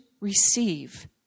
receive